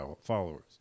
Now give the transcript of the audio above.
followers